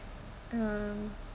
um